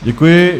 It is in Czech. Děkuji.